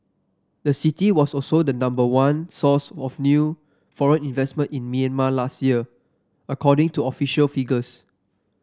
the city was also the number one source of new foreign investment in Myanmar last year according to official figures